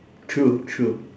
true true